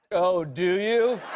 oh, do you?